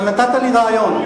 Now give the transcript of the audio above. אבל נתת לי רעיון.